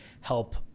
help